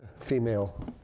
female